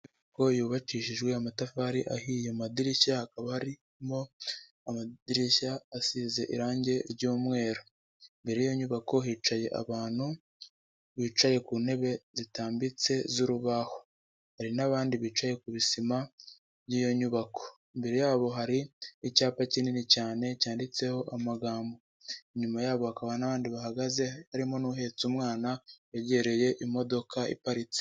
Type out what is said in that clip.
Inyubako yubakishijwe amatafari ahiye, mu amadirishya hakaba harimo amadirishya asize irangi ry'umweru, imbere y'iyo nyubako hicaye abantu bicaye ku ntebe zitambitse z'urubaho, hari n'abandi bicaye ku bisima by'iyo nyubako, imbere yabo hari icyapa kinini cyane cyanditseho amagambo, inyuma yabo bakaba n'abandi bahagaze harimo n'uhetse umwana wegereye imodoka iparitse.